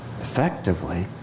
effectively